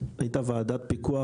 הייתה ועדת פיקוח,